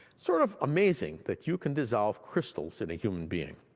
sort of amazing that you can dissolve crystals in a human being.